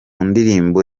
ndirimbo